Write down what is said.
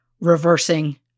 reversing